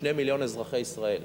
2 מיליון אזרחי ישראל.